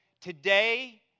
Today